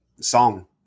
song